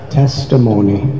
testimony